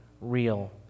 real